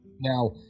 Now